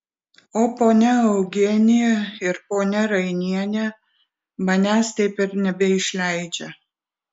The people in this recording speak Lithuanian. o ponia eugenija ir ponia rainienė manęs taip ir nebeišleidžia